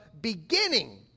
beginning